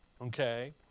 Okay